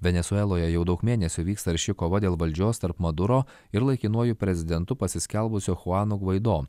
venesueloje jau daug mėnesių vyksta arši kova dėl valdžios tarp maduro ir laikinuoju prezidentu pasiskelbusio chuano gvaido